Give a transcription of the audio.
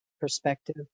perspective